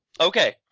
Okay